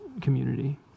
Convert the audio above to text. community